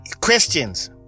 Questions